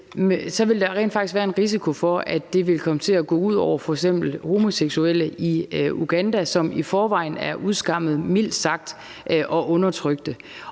ville der rent faktisk have været en risiko for, at det ville have gået ud over f.eks. homoseksuelle i Uganda, som i forvejen er mildt sagt udskammet og undertrykte,